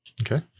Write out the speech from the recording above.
Okay